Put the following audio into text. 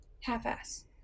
half-ass